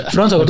France